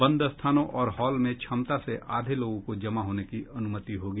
बंद स्थानों और हॉल में क्षमता से आधे लोगों को जमा होने की अनुमति होगी